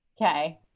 Okay